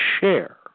share